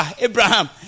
Abraham